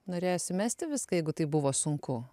norėjosi mesti viską jeigu taip buvo sunku